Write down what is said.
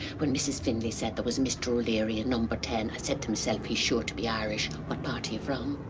when mrs. findlay said there was a mr. o'leary in number ten, i said to myself he's sure to be irish. what part are you from?